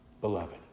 beloved